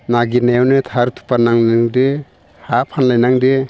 नागिरनायावनो थार फाननांदो हा फानलायनांदो